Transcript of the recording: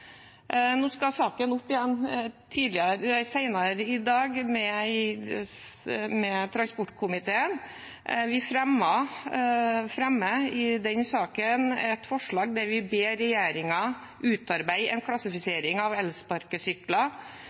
Saken skal opp igjen senere i dag med transportkomiteen. Vi fremmer i den saken et forslag der vi ber regjeringen utarbeide en klassifisering av elsparkesykler